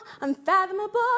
unfathomable